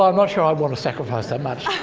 um not sure i want to sacrifice that much.